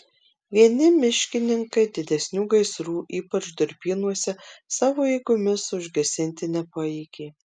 vieni miškininkai didesnių gaisrų ypač durpynuose savo jėgomis užgesinti nepajėgė